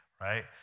Right